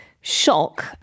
shock